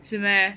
是 meh